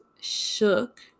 shook